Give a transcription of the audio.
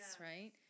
right